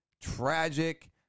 Tragic